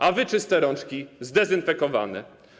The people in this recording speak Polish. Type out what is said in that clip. A wy czyste rączki, zdezynfekowane.